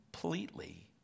completely